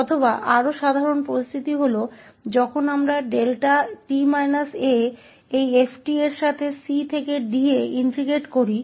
या अधिक सामान्य स्थिति तब होती है जब हम 𝛿𝑡 − 𝑎 को इस 𝑓𝑡 के साथ इस 𝑐 से 𝑑 में इंटेग्रटिंग करते हैं